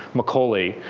mccauley,